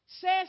says